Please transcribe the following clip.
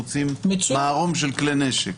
מוצאים מערום של כלי נשק?